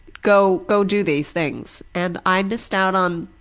go go do these things. and i missed out on